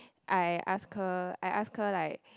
I ask her I ask her like